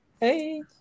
Hey